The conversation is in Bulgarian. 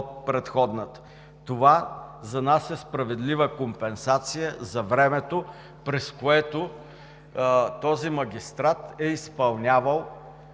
предходната. Това за нас е справедлива компенсация за времето, през което този магистрат е изпълнявал